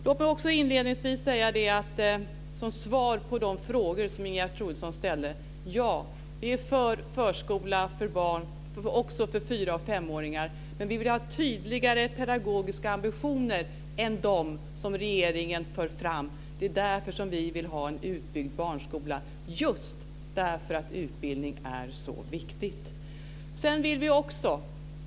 Låt mig också inledningsvis, som svar på de frågor som Ingegerd Wärnersson ställde, säga: Ja, vi är för en förskola, också för fyra och femåringar, men vi vill ha tydligare pedagogiska ambitioner än de som regeringen för fram. Det är just därför att utbildning är så viktigt som vi vill ha en utbyggd barnskola.